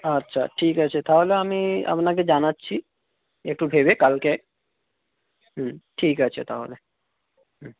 আচ্ছা ঠিক আছে তাহলে আমি আপনাকে জানাচ্ছি একটু ভেবে কালকে হুম ঠিক আছে তাহলে হুম